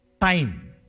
time